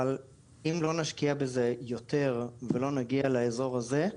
אבל אם לא נשקיע בזה יותר ולא נגיע לאזור הזה,